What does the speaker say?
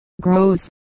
grows